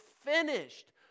finished